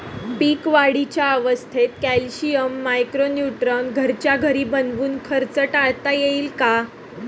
पीक वाढीच्या अवस्थेत calcium, micro neutron घरच्या घरी बनवून खर्च टाळता येईल का?